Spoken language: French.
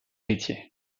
héritier